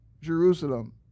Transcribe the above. Jerusalem